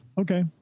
Okay